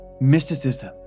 mysticism